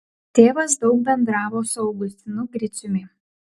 tėvas daug bendravo su augustinu griciumi